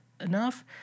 enough